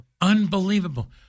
Unbelievable